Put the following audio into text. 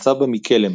"הסבא מקלם".